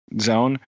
zone